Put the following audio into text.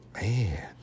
man